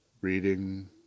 reading